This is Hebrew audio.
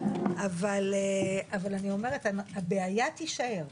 אבל הבעיה תישאר.